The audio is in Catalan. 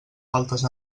faltes